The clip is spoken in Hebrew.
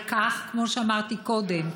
כמו שאמרתי קודם,